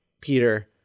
Peter